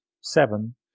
seven